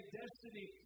destiny